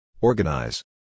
Organize